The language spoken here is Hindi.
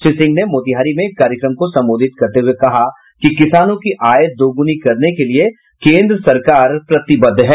श्री सिंह ने मोतिहारी में एक कार्यक्रम को संबोधित करते हुये कहा कि किसानों की आय दोगुनी करने के लिए केन्द्र सरकार प्रतिबद्ध है